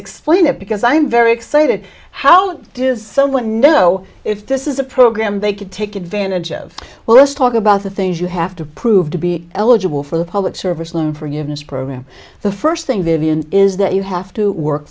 explain it because i'm very excited how does someone know if this is a program they could take advantage of well let's talk about the things you have to prove to be eligible for the public service loan forgiveness program the first thing vivian is that you have to work